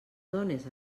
dónes